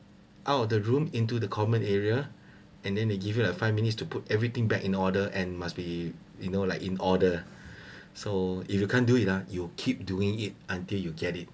out of the room into the common area and then they give you like five minutes to put everything back in order and must be you know like in order so if you can't do it uh you'll keep doing it until you get it